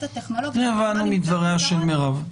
הטכנולוגי -- הבנו מדבריה של מירב.